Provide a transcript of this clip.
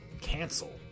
Cancel